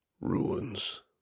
ruins